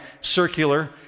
circular